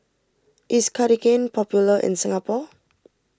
is Cartigain popular in Singapore